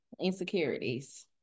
insecurities